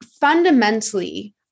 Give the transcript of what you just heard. fundamentally